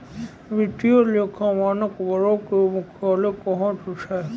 वित्तीय लेखा मानक बोर्डो के मुख्यालय कहां छै?